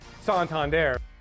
Santander